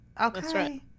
okay